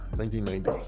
1990